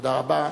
תודה רבה.